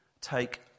take